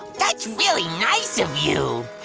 that's really nice of you!